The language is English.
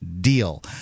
deal